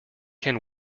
can